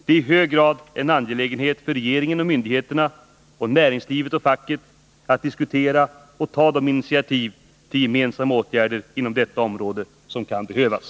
Det är i hög grad angeläget såväl för regeringen och myndigheterna som för näringslivet och facket att man diskuterar och tar de initiativ till gemensamma åtgärder inom detta område som kan behövas.